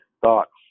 thoughts